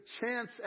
chance